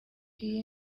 iyi